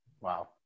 Wow